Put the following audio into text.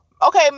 Okay